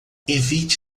evite